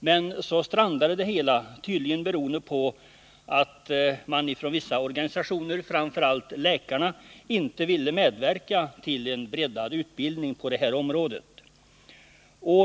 Men så strandade det hela, tydligen beroende på att man från vissa organisationer — och framför allt läkarna — inte ville medverka till en breddad utbildning på detta område.